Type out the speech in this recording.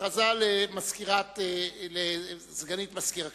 הכרזה לסגנית מזכיר הכנסת.